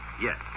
yes